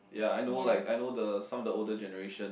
ya I know like I know the some of the older generation